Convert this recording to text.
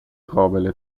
قابل